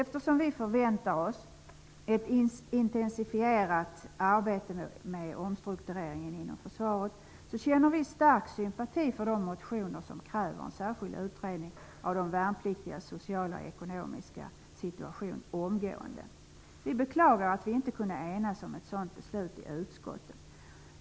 Eftersom vi förväntar oss ett intensifierat arbete med omstruktureringen inom försvaret, känner vi stark sympati för de motioner som kräver en särskild utredning av de värnpliktigas sociala och ekonomiska situation omgående. Vi beklagar att vi inte i utskottet kunde enas om ett sådant beslut.